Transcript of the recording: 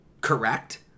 Correct